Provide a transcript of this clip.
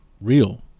real